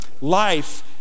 life